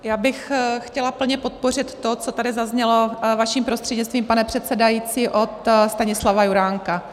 Já bych chtěla plně podpořit to, co tady zaznělo vaším prostřednictvím, pane předsedající, od Stanislava Juránka.